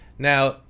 Now